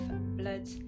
blood